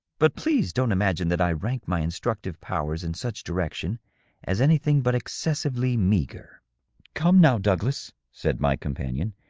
but please don't imagine that i rank my instructive powers in such direction as anything but excessively meagre come, now, douglas, said my companion,